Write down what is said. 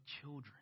children